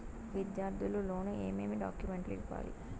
విద్యార్థులు లోను ఏమేమి డాక్యుమెంట్లు ఇవ్వాలి?